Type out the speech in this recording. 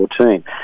2014